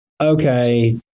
okay